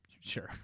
Sure